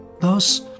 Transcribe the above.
thus